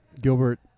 Gilbert